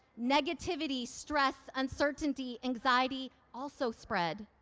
negativity, stress, uncertainty, anxiety also spread.